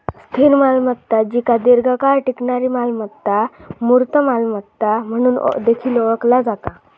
स्थिर मालमत्ता जिका दीर्घकाळ टिकणारी मालमत्ता, मूर्त मालमत्ता म्हणून देखील ओळखला जाता